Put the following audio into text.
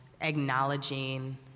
acknowledging